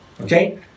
Okay